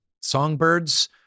songbirds